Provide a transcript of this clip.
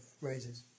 raises